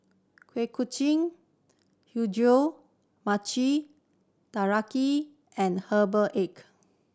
Kuih Kacang Hijau Mochi Taiyaki and herbal egg